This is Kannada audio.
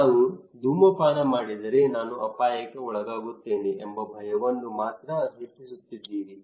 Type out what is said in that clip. ನಾನು ಧೂಮಪಾನ ಮಾಡಿದರೆ ನಾನು ಅಪಾಯಕ್ಕೆ ಒಳಗಾಗುತ್ತೇನೆ ಎಂಬ ಭಯವನ್ನು ಮಾತ್ರ ಹೆಚ್ಚಿಸುತ್ತಿದ್ದೀರಿ